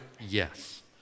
yes